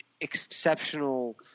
exceptional